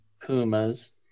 Pumas